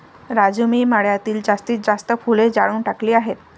राजू मी मळ्यातील जास्तीत जास्त फुले जाळून टाकली आहेत